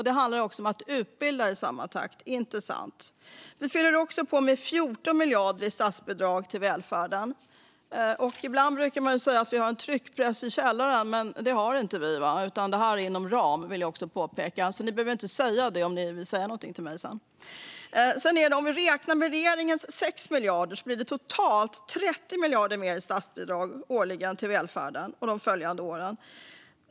Det handlar också om att utbilda i samma takt, inte sant? Vi fyller också på med 14 miljarder i statsbidrag till välfärden. Ibland talar man om en tryckpress i källaren, men det har inte vi. Detta är inom ram, vill jag påpeka, så om ni vill säga något till mig sedan behöver ni inte säga det. Om vi räknar med regeringens 6 miljarder blir det totalt 30 miljarder årligen mer i statsbidrag till välfärden under de följande åren.